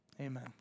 Amen